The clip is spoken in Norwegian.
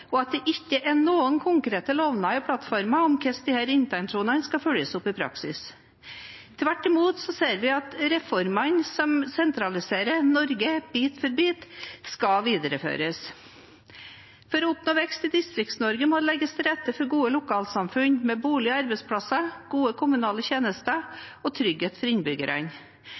og at det ikke er noen konkrete lovnader i plattformen om hvordan disse intensjonene skal følges opp i praksis. Tvert imot ser vi at reformene som sentraliserer Norge bit for bit, skal videreføres. For å oppnå vekst i Distrikts-Norge må det legges til rette for gode lokalsamfunn, med boliger og arbeidsplasser, gode kommunale tjenester og trygghet for innbyggerne.